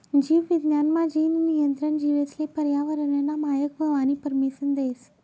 जीव विज्ञान मा, जीन नियंत्रण जीवेसले पर्यावरनना मायक व्हवानी परमिसन देस